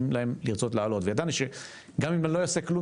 להם לרצות לעלות וידענו שגם אם אני לא אעשה כלום,